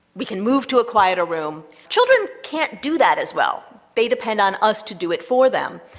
we can move to a quieter room. children can't do that as well. they depend on us to do it for them.